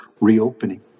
reopening